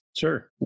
Sure